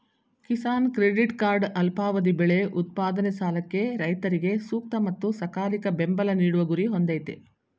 Kisan credit card ಅಲ್ಪಾವಧಿ ಬೆಳೆ ಉತ್ಪಾದನೆ ಸಾಲಕ್ಕೆ ರೈತರಿಗೆ ಸೂಕ್ತ ಮತ್ತು ಸಕಾಲಿಕ ಬೆಂಬಲ ನೀಡುವ ಗುರಿ ಹೊಂದಯ್ತೆ